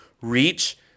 reach